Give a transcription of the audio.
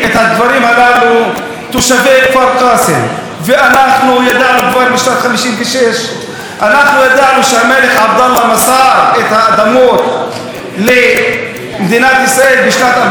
את הדברים הללו תושבי כפר קאסם ואנחנו ידענו כבר משנת 1956. אנחנו ידענו שהמלך עבדאללה מסר את האדמות למדינת ישראל בשנת 1949,